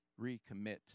recommit